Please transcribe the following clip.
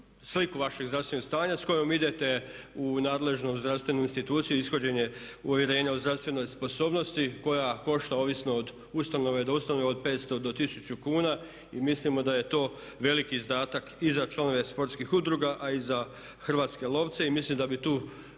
vašeg zdravstvenog stanja s kojom idete u nadležnu zdravstvenu instituciju ishođenje uvjerenja o zdravstvenoj sposobnosti koja košta ovisno od ustanove do ustanove, od 500 do 1000 kuna. I mislimo da je to veliki izdatak i za članove sportskih udruga a i za hrvatske lovce. I mislim da bi tu